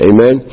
Amen